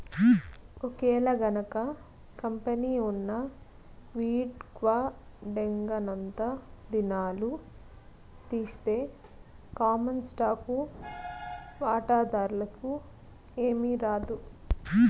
ఒకేలగనక కంపెనీ ఉన్న విక్వడేంగనంతా దినాలు తీస్తె కామన్ స్టాకు వాటాదార్లకి ఏమీరాదు